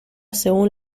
según